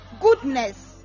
goodness